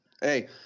Hey